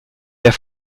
der